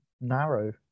narrow